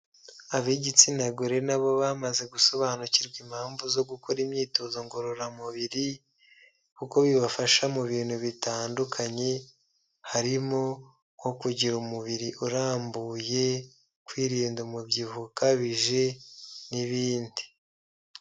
Ab'igitsina gore na bo bamaze gusobanukirwa impamvu zo gukora imyitozo ngororamubiri kuko bibafasha mu bintu bitandukanye ,harimo nko kugira umubiri urambuye kwirinda kwirinda umubyibuho ukabije n'ibindi.